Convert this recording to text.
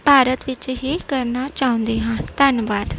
ਭਾਰਤ ਵਿੱਚ ਹੀ ਕਰਨਾ ਚਾਹੁੰਦੀ ਹਾਂ ਧੰਨਵਾਦ